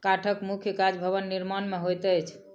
काठक मुख्य काज भवन निर्माण मे होइत अछि